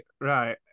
right